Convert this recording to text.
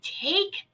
take